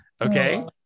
Okay